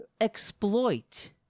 exploit